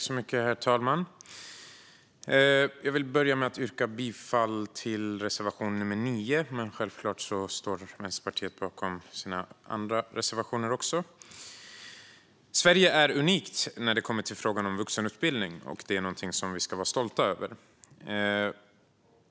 Herr talman! Jag vill börja med att yrka bifall till reservation 9, men självklart står Vänsterpartiet bakom sina andra reservationer också. Sverige är unikt när det kommer till frågan om vuxenutbildning, och detta är någonting som vi ska vara stolta över.